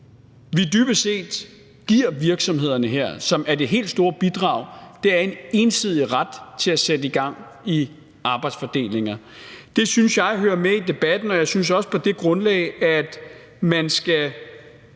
her dybest set giver virksomhederne, og som er det helt store bidrag, er en ensidig ret til at sætte gang i arbejdsfordelinger. Det synes jeg hører med i debatten, og jeg synes på det grundlag også, at man skal